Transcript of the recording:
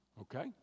Okay